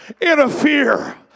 Interfere